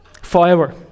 forever